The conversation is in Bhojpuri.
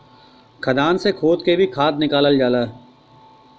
खदान से खोद के भी खाद निकालल जाला